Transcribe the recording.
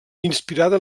inspirada